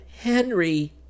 Henry